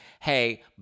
hey